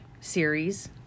series